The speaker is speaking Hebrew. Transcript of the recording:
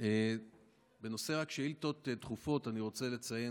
בנושא שאילתות דחופות אני רוצה לציין